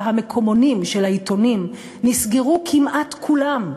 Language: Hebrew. המקומונים של העיתונים נסגרו כמעט כולם.